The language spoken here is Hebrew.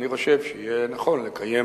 אני חושב שיהיה נכון לקיים